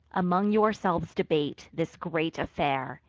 among yourselves debate this great affair,